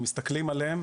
מסתכלים עליהן